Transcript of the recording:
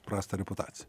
prastą reputaciją